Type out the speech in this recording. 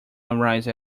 arise